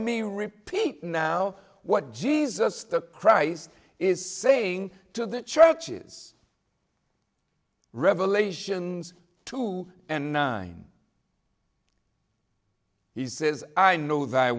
me repeat now what jesus the christ is saying to the churches revelations two and nine he says i know that